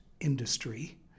industry